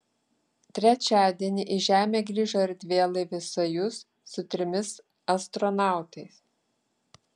trečiadienį į žemę grįžo erdvėlaivis sojuz su trimis astronautais